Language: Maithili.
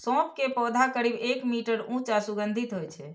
सौंफ के पौधा करीब एक मीटर ऊंच आ सुगंधित होइ छै